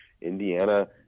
Indiana